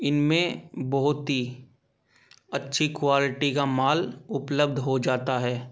इनमें बहुत ही अच्छी क्वाॅल्टी का माल उपलब्ध हो जाता है